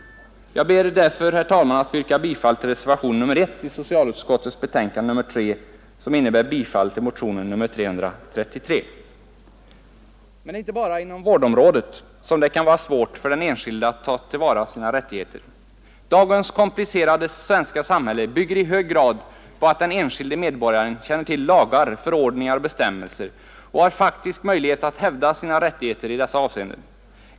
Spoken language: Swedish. Jag ber, herr talman, att få yrka bifall till reservationen 1 till socialutskottets betänkande nr 3, vilket innebär bifall till motionen 333. Det är emellertid inte bara inom vårdområdet som det kan vara svårt för den enskilde att ta till vara sina rättigheter. Dagens komplicerade svenska samhälle bygger i hög grad på att den enskilde medborgaren känner till lagar, förordningar och bestämmelser samt har faktisk möjlighet att hävda sina rättigheter i olika avseenden.